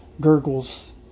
gurgles